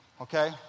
Okay